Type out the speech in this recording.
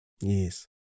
Yes